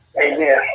amen